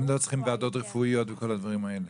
לא צריכים ועדות רפואיות וכל הדברים האלה.